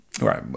right